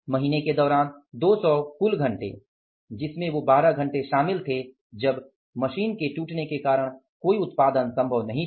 महीने के दौरान 200 कुल घंटे जिसमें वो 12 घंटे शामिल थे जब मशीन के टूटने के कारण कोई उत्पादन संभव नहीं था